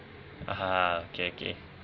ah ha okay okay